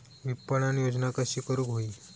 विपणन योजना कशी करुक होई?